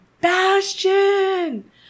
Bastion